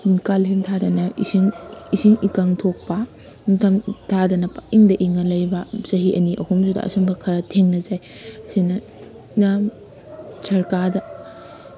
ꯀꯥꯂꯦꯟ ꯊꯥꯗꯅ ꯏꯁꯤꯡ ꯏꯁꯤꯡ ꯏꯀꯪ ꯊꯣꯛꯄ ꯅꯤꯡꯊꯝ ꯊꯥꯗꯅ ꯄꯪꯏꯪꯗ ꯏꯪꯉ ꯂꯩꯕ ꯆꯍꯤ ꯑꯅꯤ ꯑꯍꯨꯝꯗꯨꯗ ꯑꯁꯤꯒꯨꯝꯕ ꯈꯔ ꯊꯦꯡꯅꯖꯩ ꯑꯁꯤꯅ ꯌꯥꯝ ꯁꯔꯀꯥꯔꯗ